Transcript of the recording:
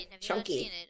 Chunky